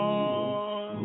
on